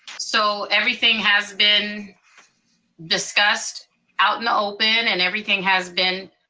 so everything has been discussed out in the open, and everything has been.